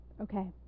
Okay